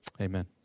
Amen